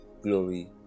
glory